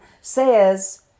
says